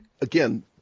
again